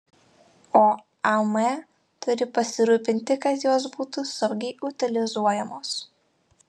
o am turi pasirūpinti kad jos būtų saugiai utilizuojamos